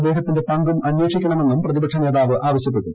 അദ്ദേഹത്തിന്റെ പങ്കും അന്വേഷിക്കണമെന്നും പ്രതിപ്ക്ഷന്താവ് ആവശ്യപ്പെട്ടു